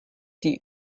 die